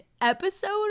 episode